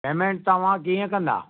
payment तव्हां कीअं कंदा